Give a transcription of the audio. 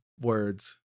words